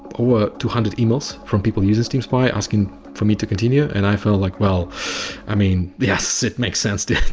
ah two hundred emails from people using steam spy, asking for me to continue and i felt like, well i mean, yes it makes sense to